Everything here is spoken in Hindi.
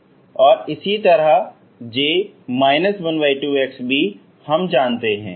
और इसी तरह J 12 भी हम जानते हैं